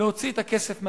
להוציא את הכסף מהפוליטיקה,